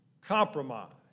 compromise